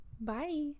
Bye